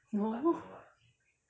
no